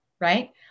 right